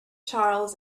charles